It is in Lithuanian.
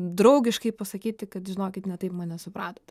draugiškai pasakyti kad žinokit ne taip mane supratot